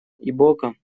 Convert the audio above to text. ибока